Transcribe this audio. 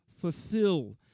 fulfill